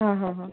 हाँ हाँ हाँ